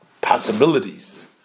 possibilities